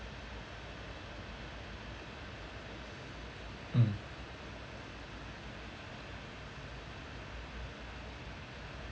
mm